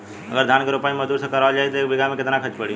अगर धान क रोपाई मजदूर से करावल जाई त एक बिघा में कितना खर्च पड़ी?